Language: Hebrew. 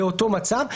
באותו מצב,